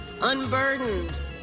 unburdened